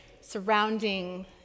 surrounding